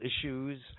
issues